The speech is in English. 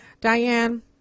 Diane